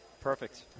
Perfect